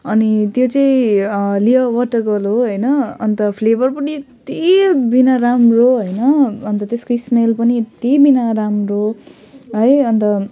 अनि त्यो चाहिँ लेयर वटागर्ल हो होइन अन्त फ्लेबर पनि यत्ति बिना राम्रो होइन अन्त त्यसको स्मेल पनि यत्ति बिना राम्रो है अन्त